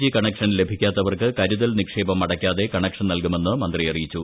G connection ലഭിക്കാത്തവർക്ക് കരുതൽ നിക്ഷേപം അടയ്ക്കാതെ കണക്ഷൻ നൽകുമെന്ന് മന്ത്രി അറിയിച്ചു